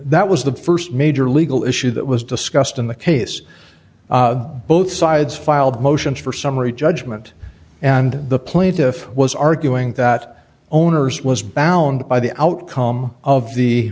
that was the st major legal issue that was discussed in the case both sides filed motions for summary judgment and the plaintiff was arguing that owners was bound by the outcome of the